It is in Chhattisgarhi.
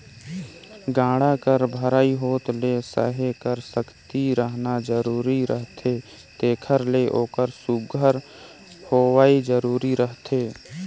गाड़ा कर भरई होत ले सहे कर सकती रहना जरूरी रहथे तेकर ले ओकर सुग्घर होवई जरूरी रहथे